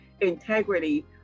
integrity